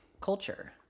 culture